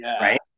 right